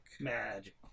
Magic